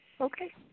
Okay